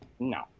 No